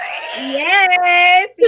Yes